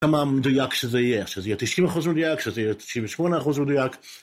כמה מדויק שזה יהיה, שזה יהיה 90% מדויק, שזה יהיה 98% מדויק